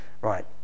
Right